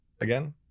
again